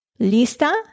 Lista